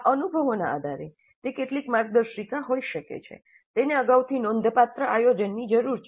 આ અનુભવોના આધારે તે કેટલીક માર્ગદર્શિકા હોઈ શકે છે પ્રથમ વસ્તુ તે છે તેને અગાઉથી નોંધપાત્ર આયોજનની જરૂર છે